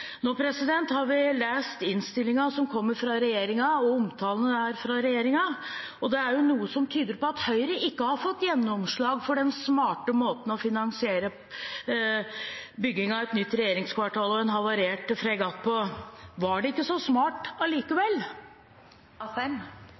Nå har vi lest det som kommer fra regjeringen, og omtalen fra regjeringen, og det er jo noe som tyder på at Høyre ikke har fått gjennomslag for den smarte måten å finansiere bygging av et nytt regjeringskvartal og en havarert fregatt på. Var det ikke så smart